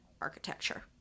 architecture